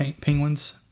penguins